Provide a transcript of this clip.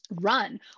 run